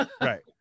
right